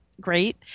great